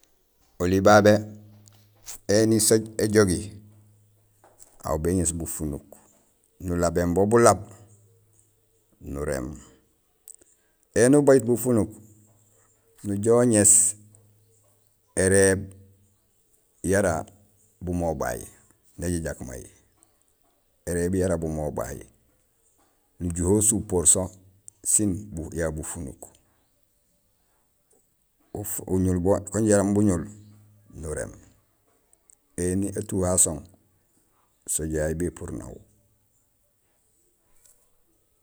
Oli babé éni sooj éjogi, aw béŋéés bufunuk, nulabéén bo bulaab nuréém, éni ubajut bufunuk, nujoow uŋéés érééb yara bumobay najajak may; érééb yara bumobay, nujuhé usupoor so sin ya bufunuk; uñul bo kung jaraam buñul nuréém. Éni atuhee asong sooj yayu bépuur naw.